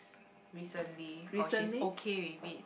recently or she's okay with it